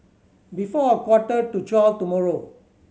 before a quarter to twelve tomorrow